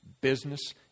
business